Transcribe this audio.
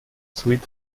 sweet